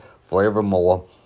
forevermore